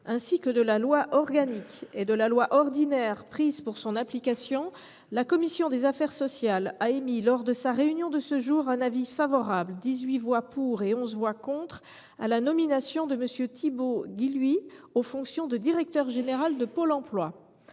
ainsi que de la loi organique et de la loi ordinaire du 23 juillet 2010 prises pour son application, la commission des affaires sociales a émis, lors de sa réunion de ce jour, un avis favorable – 18 voix pour, 11 voix contre – à la nomination de M. Thibaut Guilluy aux fonctions de directeur général de Pôle emploi.